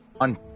On